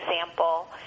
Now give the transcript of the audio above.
example